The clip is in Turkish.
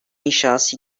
inşası